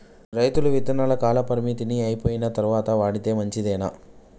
రైతులు విత్తనాల కాలపరిమితి అయిపోయిన తరువాత వాడితే మంచిదేనా?